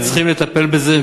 אכן צריכים לטפל בזה,